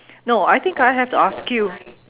no I think I have to ask you